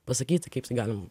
pasakyti kaip tai galim